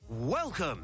Welcome